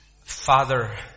Father